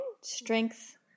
strength